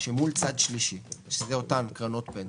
שמול צד שלישי, שזה אותן קרנות פנסיה,